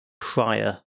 prior